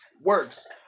works